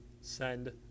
send